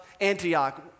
Antioch